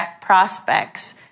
prospects